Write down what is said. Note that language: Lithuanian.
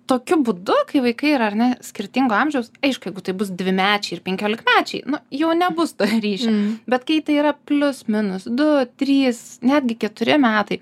tokiu būdu kai vaikai yra ar ne skirtingo amžiaus aišku jeigu tai bus dvimečiai ir penkiolikmečiai nu jau nebus to ryšio bet kai tai yra plius minus du trys netgi keturi metai